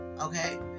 okay